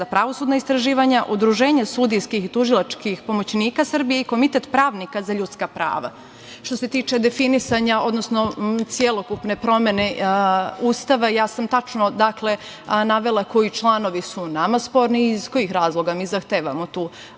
pravosudna istraživanja, Udruženje sudijskih i tužilačkih pomoćnika Srbije i Komitet pravnika za ljudska prava. Što se tiče definisanja, odnosno celokupne promene Ustava, ja sam tačno navela koji članovi su nama sporni i iz kojih razloga mi zahtevamo tu